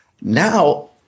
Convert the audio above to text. Now